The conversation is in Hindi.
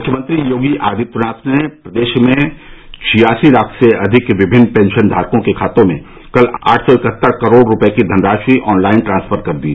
मुख्यमंत्री योगी आदित्यनाथ ने प्रदेश में छियासी लाख से अधिक विभिन्न पेंशन धारकों के खातों में कल आठ सौ इकहत्तर करोड़ रूपये की धनराशि ऑनलाइन ट्रांसफर कर दी